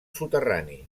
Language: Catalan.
soterrani